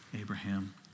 Abraham